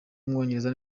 w’umwongereza